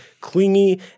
clingy